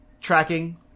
tracking